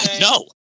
No